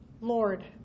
Lord